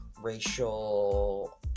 racial